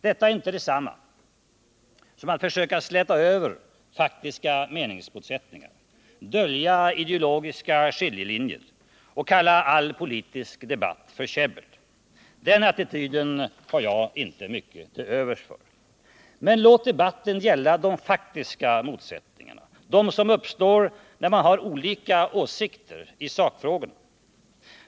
Detta är inte detsamma som att försöka att släta över faktiska meningsmotsättningar, dölja ideologiska skiljelinjer och kalla all politisk debatt för käbbel. Men låt debatten gälla de faktiska motsättningarna, de som uppstår när man har olika åsikter i sakfrågor.